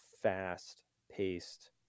fast-paced